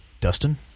Dustin